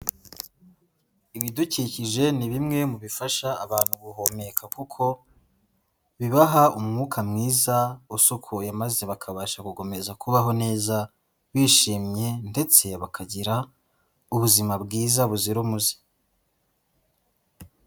Ibidukikije ni bimwe mu bifasha abantu guhumeka kuko bibaha umwuka mwiza usukuye maze bakabasha gukomeza kubaho neza bishimye ndetse bakagira ubuzima bwiza buzira umuze.